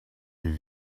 est